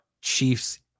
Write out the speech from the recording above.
chiefs